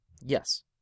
Yes